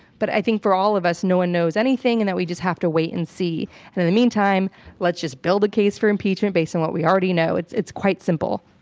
but i think for all of us, no one knows anything and that we just have to wait and see. and in the meantime, let's just build a case for impeachment based on what we already know. it's it's quite simple.